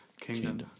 kingdom